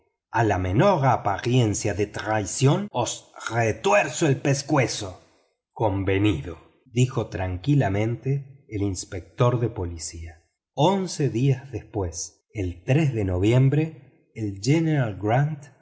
a la menor apariencia de traición os retuerzo el pescuezo convenido dijo tranquilamente el inspector de policía once días después el de noviembre el general grant